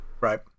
right